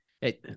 Hey